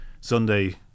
sunday